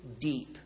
deep